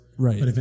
Right